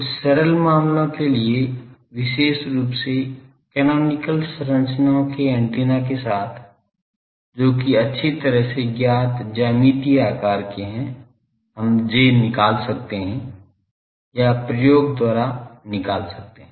कुछ सरल मामलों के लिए विशेष रूप से कैनोनिकल संरचनाओं के एंटेना के साथ जो कि अच्छी तरह से ज्ञात ज्यामितीय आकार के हैं हम J निकाल सकते हैं या प्रयोग द्वारा निकाल सकते हैं